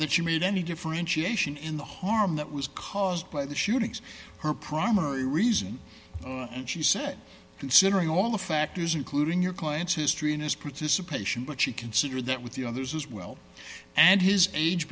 that you made any differentiation in the harm that was caused by the shootings her primary reason and she said considering all the factors including your client's history and his participation but she considered that with the others as well and his age